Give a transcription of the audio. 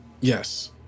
Yes